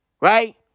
right